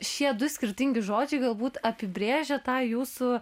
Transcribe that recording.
šie du skirtingi žodžiai galbūt apibrėžia tą jūsų